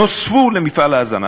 נוספו למפעל ההזנה,